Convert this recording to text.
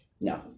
No